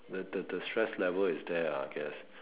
the the the stress level is there ah I guess